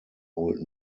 old